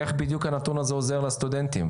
איך בדיוק הנתון הזה עוזר לסטודנטים?